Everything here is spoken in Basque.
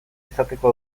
izateko